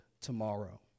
tomorrow